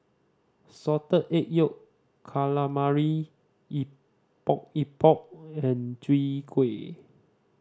Salted Egg Yolk Calamari Epok Epok and Chwee Kueh